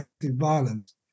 violence